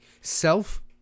self